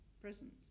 present